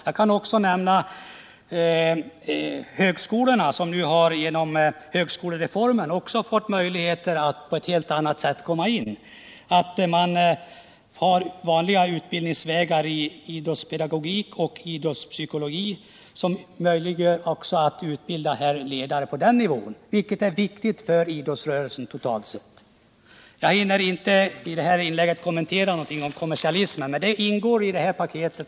Jag kan också nämna högskolorna, som genom högskolereformen fått möjligheter att komma in på ett helt annat sätt. De har vanliga utbildningsvägar i idrottspedagogik och idrottspsykologi, som gör det möjligt att utbilda ledare också på den nivån, vilket är viktigt för idrottsrörelsen totalt sett. Jag hinner i det här inlägget inte kommentera kommersialismen, men den tas också upp i paketet.